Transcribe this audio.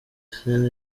sean